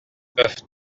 peuvent